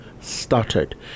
started